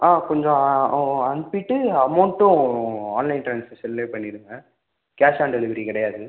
ஆ கொஞ்சம் அனுப்பிவிட்டு அமௌண்ட்டும் ஆன்லைன் ட்ரான்ஸாக்ஷனிலே பண்ணிவிடுங்க கேஷ் ஆன் டெலிவரி கிடையாது